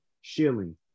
shilling